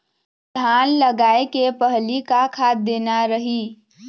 धान लगाय के पहली का खाद देना रही?